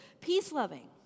Peace-loving